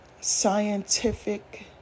scientific